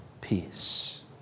peace